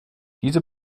diese